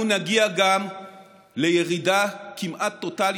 אנחנו נגיע גם לירידה כמעט טוטלית,